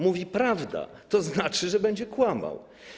Mówi: prawda, to znaczy, że będzie kłamał.